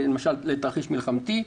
למשל לתרחיש מלחמתי.